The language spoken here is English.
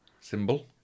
symbol